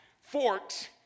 forks